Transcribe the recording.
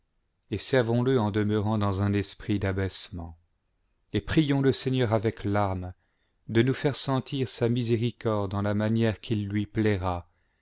et servons-le en demeurant dans un esprit d'abaissement et prions le seigneur avec larmes de nous faire sentir sa miséricorde en la manière qu'il lui plaira